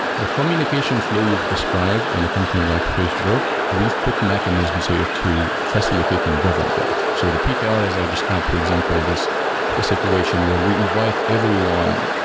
the communication flow you've described in a company like facebook, we've put mechanisms here to facilitate and govern that. so the yeah ah ptr as i described for example, this a situation where we invite everyone,